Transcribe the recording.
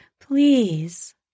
Please